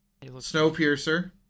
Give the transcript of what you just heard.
Snowpiercer